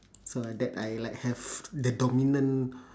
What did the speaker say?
so that I like have the dominant